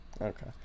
Okay